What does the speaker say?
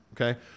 okay